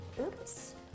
oops